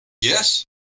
Yes